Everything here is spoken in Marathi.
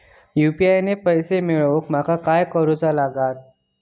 यू.पी.आय ने पैशे मिळवूक माका काय करूचा लागात?